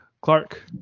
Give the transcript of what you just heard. clark